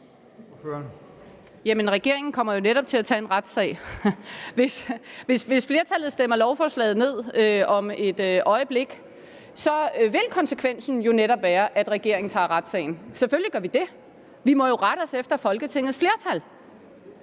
Jamen regeringen kommer jo netop til at tage en retssag. Hvis flertallet stemmer lovforslaget ned om et øjeblik, vil konsekvensen jo netop være, at regeringen tager retssagen. Selvfølgelig gør vi det. Vi må jo rette os efter Folketingets flertal.